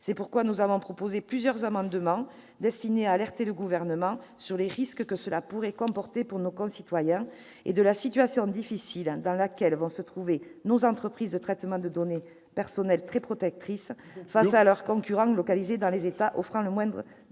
C'est pourquoi nous avons proposé plusieurs amendements destinés à alerter le Gouvernement sur les risques que cela pourrait comporter pour nos concitoyens et sur la situation difficile dans laquelle se trouveront nos entreprises de traitement de données personnelles, très protectrices en la matière, face à leurs concurrents localisés dans les États offrant moins de